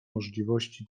możliwości